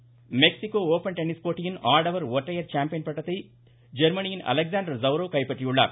tennis Mexico open tennis போட்டியின் ஆடவர் ஒற்றையர் சாம்பியன் பட்டத்தை ஜெர்மனியின் அலெக்ஸாண்டர் ஜெவ்ரவை கைப்பற்றியுள்ளார்